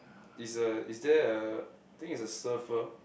is a is there a I think it's a surfer